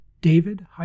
David